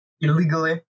illegally